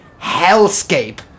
hellscape